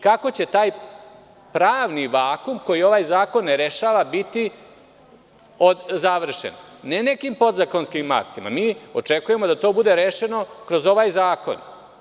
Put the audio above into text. Kako će taj pravni vakum koji ovaj zakon ne rešava biti završen, ne nekim pod zakonskim aktima, mi očekujemo da to bude rešeno kroz ovaj zakon.